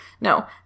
No